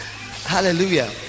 hallelujah